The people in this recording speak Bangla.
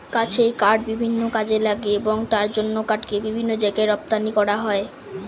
গাছের কাঠ বিভিন্ন কাজে লাগে এবং তার জন্য কাঠকে বিভিন্ন জায়গায় রপ্তানি করা হয়